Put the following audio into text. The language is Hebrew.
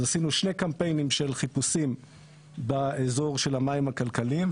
אז עשינו שני קמפיינים של חיפושים באזור של המים הכלכליים.